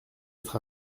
être